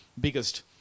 biggest